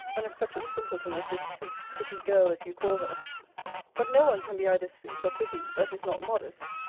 and of such a simpleton as this sweet pretty girl as you call her but no one can be either sweet or pretty, that is not modest,